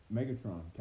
Megatron